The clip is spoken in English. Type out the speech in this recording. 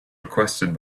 requested